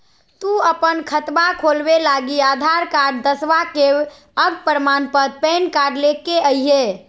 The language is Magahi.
तू अपन खतवा खोलवे लागी आधार कार्ड, दसवां के अक प्रमाण पत्र, पैन कार्ड ले के अइह